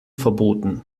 verboten